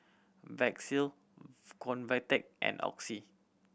Vagisil Convatec and Oxy